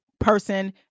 person